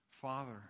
Father